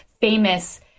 famous